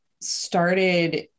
started